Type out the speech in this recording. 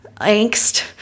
angst